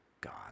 God